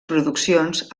produccions